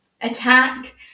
attack